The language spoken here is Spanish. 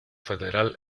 federal